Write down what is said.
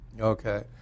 Okay